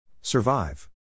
Survive